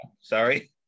Sorry